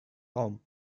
raum